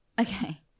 Okay